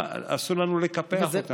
אסור לנו לקפח אותם.